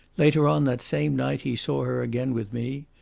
later on that same night he saw her again with me,